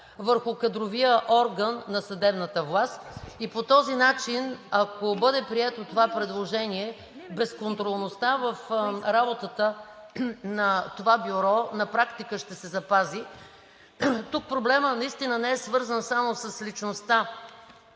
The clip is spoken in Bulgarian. върху кадровия орган на съдебната власт и по този начин, ако това предложение бъде прието, безконтролността в работата на това бюро на практика ще се запази. Тук проблемът не е свързан само с личността